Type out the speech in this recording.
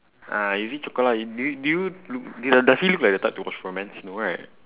ah you see chocola and do you do you loo~ does he look like the type to watch romance no right